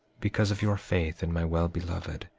because of your faith in my well beloved,